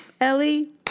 Ellie